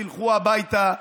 תלכו הביתה.